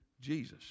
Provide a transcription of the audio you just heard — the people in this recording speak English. jesus